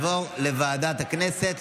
רבותיי חברי הכנסת,